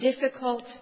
difficult